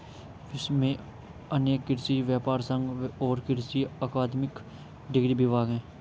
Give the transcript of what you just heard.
विश्व में अनेक कृषि व्यापर संघ और कृषि अकादमिक डिग्री विभाग है